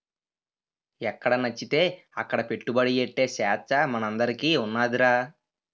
ఎక్కడనచ్చితే అక్కడ పెట్టుబడి ఎట్టే సేచ్చ మనందరికీ ఉన్నాదిరా